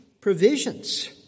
provisions